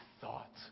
thought